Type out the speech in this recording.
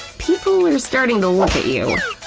people are starting to look at you,